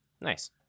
Nice